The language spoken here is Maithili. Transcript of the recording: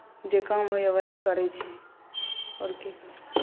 जे काम होइए वही करैत छी आओर की कहू